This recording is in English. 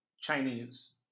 Chinese